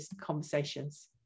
conversations